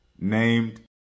named